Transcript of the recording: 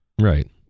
right